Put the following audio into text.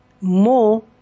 more